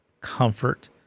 comfort